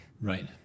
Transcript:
Right